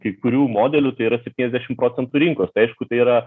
kai kurių modelių tai yra septyniasdešim procentų rinkos tai aišku tai yra